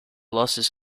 losses